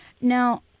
Now